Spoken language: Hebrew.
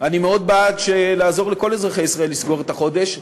אני מאוד בעד לעזור לכל אזרחי ישראל לסגור את החודש,